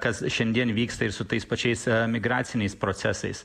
kas šiandien vyksta ir su tais pačiais migraciniais procesais